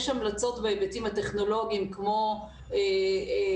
יש המלצות בהיבטים הטכנולוגיים כמו הקלטה,